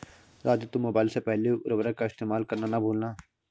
राजू तुम मोबाइल से पहले उर्वरक का इस्तेमाल करना ना भूलना